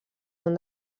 són